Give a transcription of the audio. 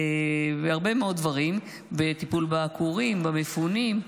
בהרבה מאוד דברים, וטיפול בעקורים, במפונים,